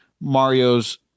mario's